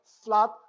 flat